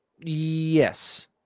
Yes